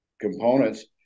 components